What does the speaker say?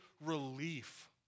relief